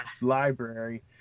library